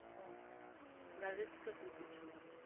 ᱟᱠᱚ ᱦᱚᱸ ᱛᱷᱚᱲᱟ ᱨᱟᱹᱥᱠᱟᱹ ᱠᱚ ᱵᱩᱡᱷᱟᱹᱣᱟ ᱟᱞᱮ